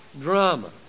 drama